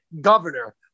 governor